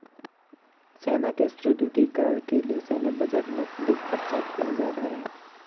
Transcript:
सेना के सुदृढ़ीकरण के लिए सैन्य बजट में अधिक खर्च किया जा रहा है